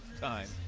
time